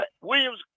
Williams